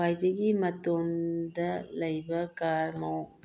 ꯈ꯭ꯋꯥꯏꯗꯒꯤ ꯃꯇꯣꯟꯗ ꯂꯩꯕ ꯀꯥꯔ